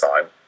time